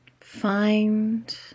find